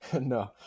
no